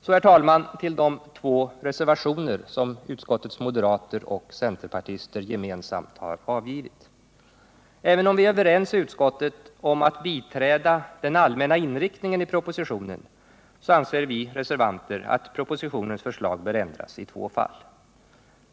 Så, herr talman, till de två reservationer som utskottets moderater och centerpartister gemensamt har avgivit. Även om vi i utskottet är överens om att biträda den allmänna inriktningen i propositionen, anser vi reservanter att propdsitionens förslag bör ändras i två fall.